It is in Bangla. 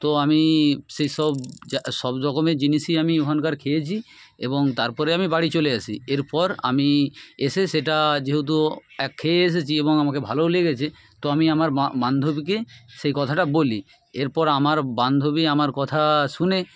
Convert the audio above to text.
তো আমি সেই সব যা সব রকমের জিনিসই আমি ওখানকার খেয়েছি এবং তারপরে আমি বাড়ি চলে আসি এরপর আমি এসে সেটা যেহেতু এক খেয়ে এসেছি এবং আমাকে ভালোও লেগেছে তো আমি আমার বান্ধবীকে সে কথাটা বলি এরপর আমার বান্ধবী আমার কথা শুনে